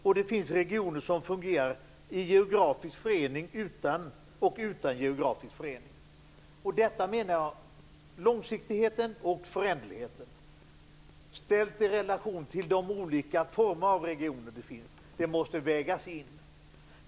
Och det finns regioner som fungerar i geografisk förening och utan geografisk förening. Jag menar att långsiktigheten och föränderligheten, ställt i relation till de olika former av regioner som finns, måste vägas in.